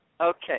Okay